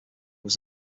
was